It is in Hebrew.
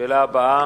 השאלה הבאה